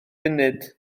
funud